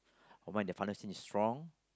is strong